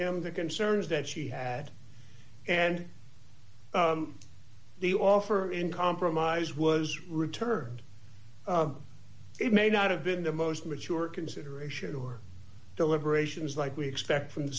him the concerns that she had and the offer in compromise was returned it may not have been the most mature consideration or deliberations like we expect from the